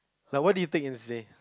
like what do you take as a C_C_A